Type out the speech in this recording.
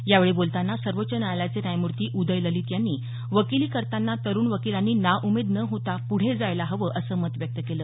यावेळी बोलतांना सर्वोच्च न्यायालयाचे न्यायमूर्ती उदय ललित यांनी वकिली करतांना तरूण वकिलांनी नाउमेद न होता पुढे जायला हवं असं मत व्यक्त केलं